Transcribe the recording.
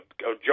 Joe